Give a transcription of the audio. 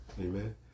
Amen